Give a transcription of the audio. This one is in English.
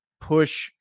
push